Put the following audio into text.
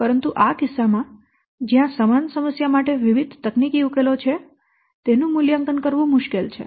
પરંતુ આ કિસ્સામાં જ્યાં સમાન સમસ્યા માટે વિવિધ તકનીકી ઉકેલો છે તેનું મૂલ્યાંકન કરવું મુશ્કેલ છે